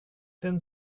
den